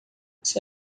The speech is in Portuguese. você